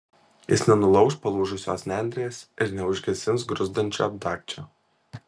jis nenulauš palūžusios nendrės ir neužgesins gruzdančio dagčio